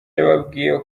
yababwiye